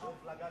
שש דקות.